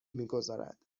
میگذارد